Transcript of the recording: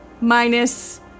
Minus